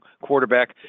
quarterback